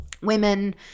women